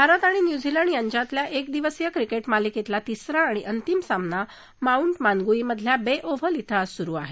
भारत आणि न्यूझीलंड यांच्यातल्या एक दिवसीय क्रिकेट मालिकेतला तिसरा आणि अंतिम सामना माऊंट मॉन्गनुईमधल्या बे ओव्हल खे आज सुरु आहे